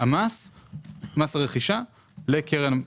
מס הרכישה לקרן.